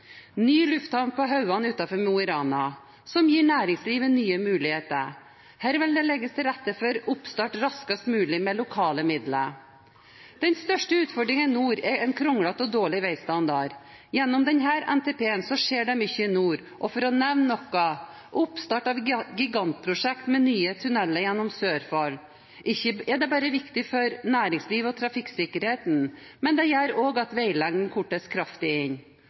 ny lufthavn på Hauan utenfor Mo i Rana. Det gir næringslivet nye muligheter. Her vil det legges til rette for oppstart raskest mulig med lokale midler. Den største utfordringen i nord er en kronglete og dårlig veistandard. Gjennom denne NTP skjer det mye i nord. Og for å nevne noe er det oppstart av gigantprosjekt med nye tunneler gjennom Sørfold, som ikke bare er viktig for næringslivet og trafikksikkerheten, men det gjør også at veilengden kortes kraftig